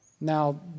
Now